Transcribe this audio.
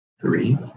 three